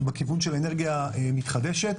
בכיוון של אנרגיה מתחדשת,